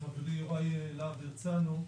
חברי יוראי להב הרצנו,